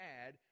add